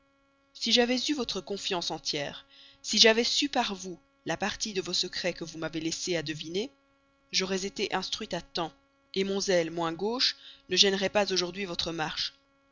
si j'avais eu votre confidence entière si j'avais su par vous la partie de vos secrets que vous m'avez laissée à deviner j'aurais été instruit à temps mon zèle moins gauche ne se trouverait pas aujourd'hui gêner votre marche